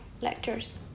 lectures